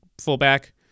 fullback